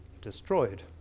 destroyed